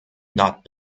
not